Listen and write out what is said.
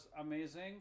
amazing